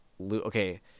Okay